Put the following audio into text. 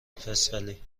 فسقلی